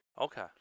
Okay